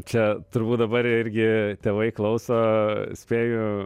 čia turbūt dabar irgi tėvai klauso spėju